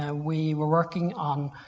ah we were working on